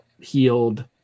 healed